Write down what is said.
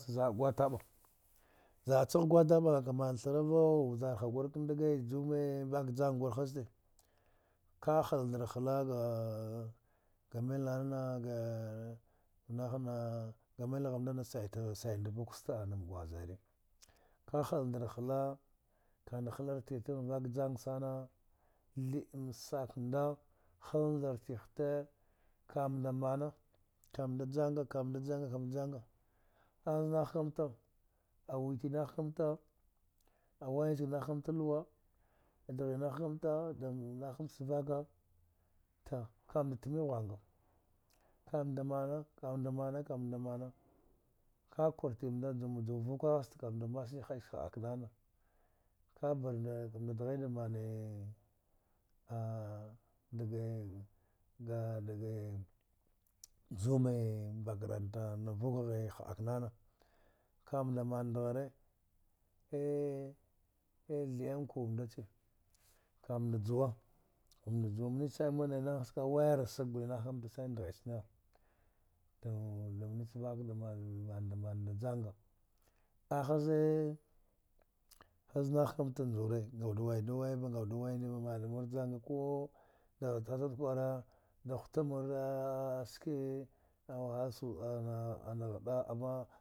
za’a chagh gwataba aka man tharavau vjarha gul kandage jume nvak jau ngur haste ka’a hai nda hia ga gamil nana nahna gamilagh nvana saitie sainda vukste anm nguzare ka tial ndar hla kanda huar nda tigh dang vak jang sana thhi am sak nda hai ndar tighte, kamnda mana kamnda janga-kamnda janga anah kamta awiti nahkamta awainchag nah kamta lluwa adghii nah kamta dani nah kamta chvaka tu kamnda tmi ghwanga, kamnda mana ka kwartimnɗa juma juwa vuka haste kamnd mbasni ha’aknana kamnda minda dahi da mane dage ng adage jume mak rant ana vuk ghe ha aknana kamnɗa manvghare thia nkwo mndache kamnda juwa mnda juwa mni sanima na na hna wayarn sag gule mnahakamta sani dgthi chnda manda manda janga ahzee haz natikamta njuri ngawuda da waidu waiva ngawud wainiva mani mur janga, ku zuɗ kwara ɗa huta mura sji a wahai